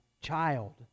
child